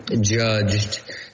judged